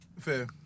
Fair